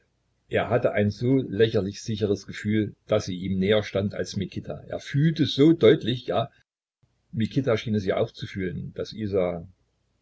er hatte ein so lächerlich sicheres gefühl daß sie ihm näher stand als mikita er fühlte so deutlich ja mikita schien es ja auch zu fühlen daß isa